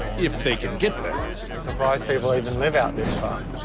if they can get there. i'm surprised people even live out this far.